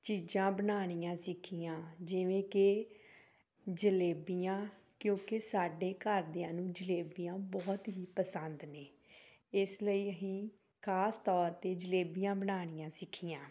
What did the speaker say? ਚੀਜ਼ਾਂ ਬਣਾਉਣੀਆਂ ਸਿੱਖੀਆਂ ਜਿਵੇਂ ਕਿ ਜਲੇਬੀਆਂ ਕਿਉਂਕਿ ਸਾਡੇ ਘਰਦਿਆਂ ਨੂੰ ਜਲੇਬੀਆਂ ਬਹੁਤ ਹੀ ਪਸੰਦ ਨੇ ਇਸ ਲਈ ਅਸੀਂ ਖ਼ਾਸ ਤੌਰ 'ਤੇ ਜਲੇਬੀਆਂ ਬਣਾਉਣੀਆਂ ਸਿੱਖੀਆਂ